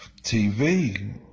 TV